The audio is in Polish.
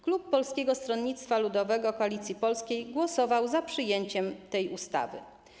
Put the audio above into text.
Klub Polskiego Stronnictwa Ludowego - Koalicji Polskiej głosował za przyjęciem tej ustawy.